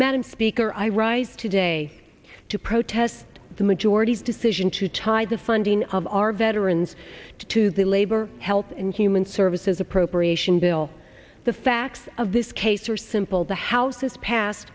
madam speaker i rise today to protest the majority's decision to tie the funding of our veterans to the labor health and human services appropriations bill the facts of this case are simple the house has passed